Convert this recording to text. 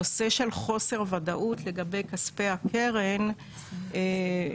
הנושא של חוסר ודאות לגבי כספי הקרן מפריע,